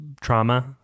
trauma